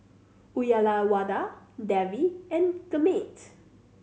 Uyyalawada Devi and Gurmeet